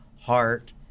heart